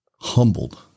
humbled